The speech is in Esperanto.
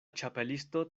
ĉapelisto